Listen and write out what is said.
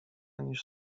niż